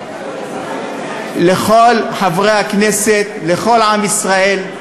לכל חברי הכנסת, לכל עם ישראל.